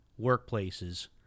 workplaces